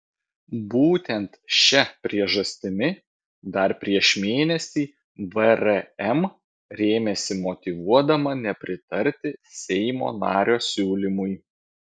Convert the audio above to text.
būtent šia priežastimi dar prieš mėnesį vrm rėmėsi motyvuodama nepritarti seimo nario siūlymui